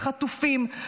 החטופים,